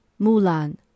Mulan